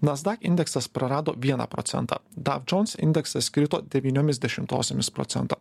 nasdak indeksas prarado vieną procentą dav džons indeksas krito devyniomis dešimtosiomis procento